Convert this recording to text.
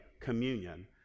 communion